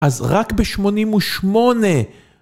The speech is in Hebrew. אז רק ב-88'.